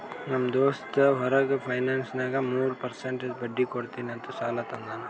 ನಮ್ ದೋಸ್ತ್ ಹೊರಗ ಫೈನಾನ್ಸ್ನಾಗ್ ಮೂರ್ ಪರ್ಸೆಂಟ್ ಬಡ್ಡಿ ಕೊಡ್ತೀನಿ ಅಂತ್ ಸಾಲಾ ತಂದಾನ್